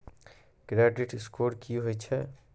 Credit score की होय छै?